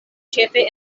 ĉefe